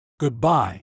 Goodbye